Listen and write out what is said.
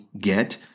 get